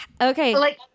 Okay